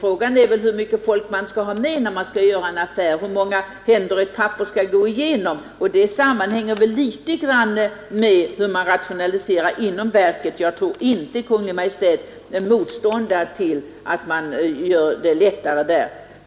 Fråga är väl hur mycket folk man skall ha med när man skall göra en affär och hur många händer ett papper skall passera, och det sammanhänger väl med hur man rationaliserar inom verket. Jag tror inte att Kungl. Maj:t har något emot att man gör det lättare.